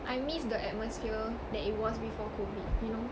I miss the atmosphere that it was before COVID you know